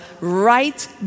right